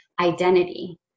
identity